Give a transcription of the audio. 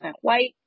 White